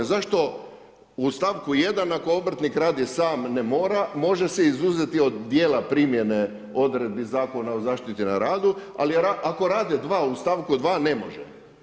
Zašto u stavku 1. ako obrtnik radi sam ne mora, može se izuzeti od dijela primjene odredbi Zakona o zaštiti na radu, ali ako rade dva u stavku 2. ne može?